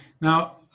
now